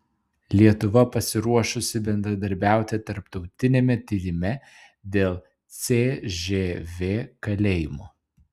lietuva pasiruošusi bendradarbiauti tarptautiniame tyrime dėl cžv kalėjimų